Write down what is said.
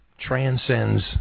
transcends